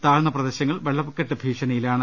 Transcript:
താഴ്ന്ന പ്രദേശങ്ങൾ വെള്ളക്കെട്ട് ഭീഷണിയിലാണ്